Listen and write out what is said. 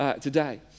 today